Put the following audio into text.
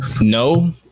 No